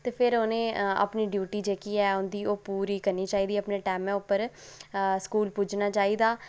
ते फ्ही उ'नें ई अपनी ड्यूटी जेह्की ऐ उं'दी ओह् पूरी करनी चाहिदी अपने टैमें उप्पर स्कूल पुज्जना चाहिदा